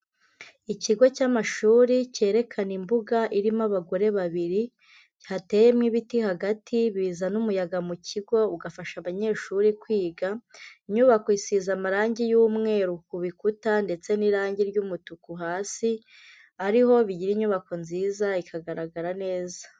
Ikigo cy'amashuri cyerekana imbuga irimo abagore babiri hateyemo ibiti hagati biza n'umuyaga mu kigo ugafasha abanyeshuri kwiga, inyubako isize amarangi y'umweru ku bikuta ndetse n'irangi ry'umutuku hasi, ariho bigira inyubako nziza ikagaragara neza.